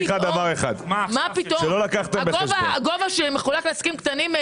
הסכום שמחולק לעסקים קטנים,